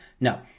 No